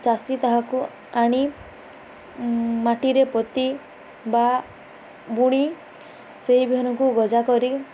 ଚାଷୀ ତାହାକୁ ଆଣି ମାଟିରେ ପୋତି ବା ବୁଣି ସେଇ ବିହନକୁ ଗଜା କରି